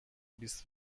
بیست